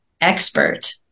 expert